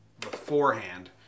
beforehand